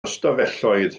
ystafelloedd